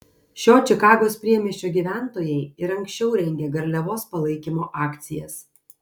šio čikagos priemiesčio gyventojai ir anksčiau rengė garliavos palaikymo akcijas